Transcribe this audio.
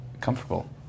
comfortable